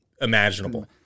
imaginable